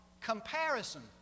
comparison